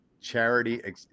charity